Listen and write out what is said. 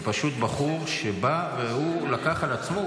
זה פשוט בחור שבא ולקח על עצמו,